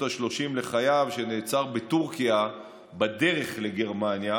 ה-30 לחייו שנעצר בטורקיה בדרך לגרמניה,